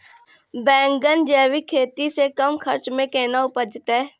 बैंगन जैविक खेती से कम खर्च मे कैना उपजते?